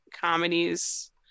comedies